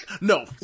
no